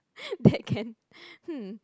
that can hmm